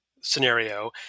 scenario